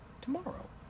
tomorrow